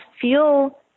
feel